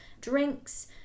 Drinks